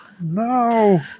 No